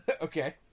Okay